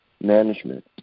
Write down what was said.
management